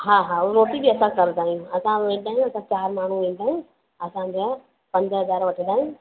हा हा रोटी बि असां करदा आहियूं असां वेंदा आहियूं असां चारि माण्हू वेंदा आहियूं असांजा पंज हज़ार वठंदा आहियूं